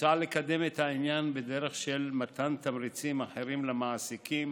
מוצע לקדם את העניין בדרך של מתן תמריצים אחרים למעסיקים